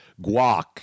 guac